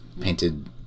painted